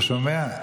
אתה שומע?